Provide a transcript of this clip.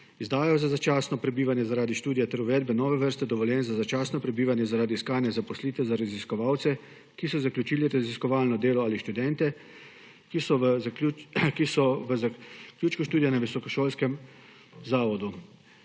izdaje za začasno prebivanje zaradi študija ter uvedbe nove vrste dovoljenj za začasno prebivanje zaradi iskanja zaposlitve za raziskovalce, ki so zaključili raziskovalno delo, ali študente, ki so v zaključku študija na visokošolskem zavodu.